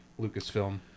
Lucasfilm